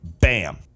bam